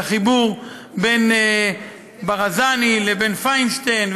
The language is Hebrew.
על החיבור בין ברזני לבין פיינשטיין.